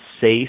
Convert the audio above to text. safe